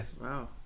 Wow